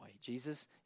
Jesus